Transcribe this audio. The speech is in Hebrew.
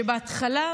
שבהתחלה,